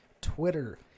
Twitter